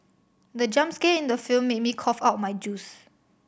the jump scare in the film made me cough out my juice